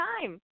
time